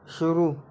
शुरू